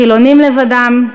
חילונים לבדם,